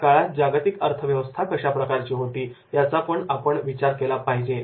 या काळात जागतिक अर्थव्यवस्था कशा प्रकारची होती याचा आपण विचार केला पाहिजे